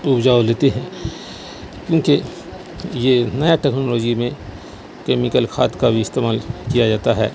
اپجاؤ لیتے ہیں کیونکہ یہ نیا ٹیکنالوجی میں کیمیکل کھاد کا بھی استعمال کیا جاتا ہے